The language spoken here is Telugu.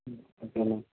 okay ma'am